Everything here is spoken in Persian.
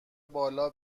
بالا